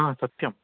सत्यं